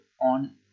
on